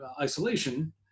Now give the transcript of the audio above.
isolation